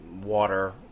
water